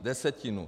Desetinu.